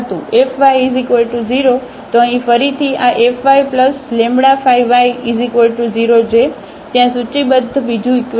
તો અહીં ફરીથી આfyλy0 જે ત્યાં સૂચિબદ્ધ બીજું ઇકવેશન છે